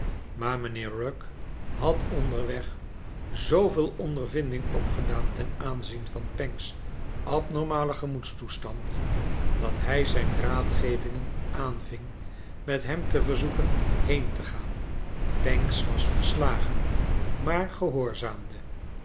maax mijnheer rugg had onderweg zooveel ondervinding opgedaan ten aanzien van panck's abnormalen gemoedstoestand dat hij zijn raadgevingen aanving met hem te verzoeken heen te gaan pancks was verslagen maax gehoorzaamde